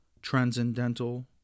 transcendental